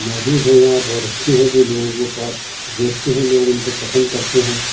موجود ہیں اور بہت اچھی ہیں جو لوگوں کو دیکھتے ہیں لوگ ان کو پسند کرتے ہیں